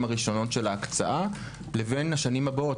הראשונות של ההקצאה לבין השנים הבאות?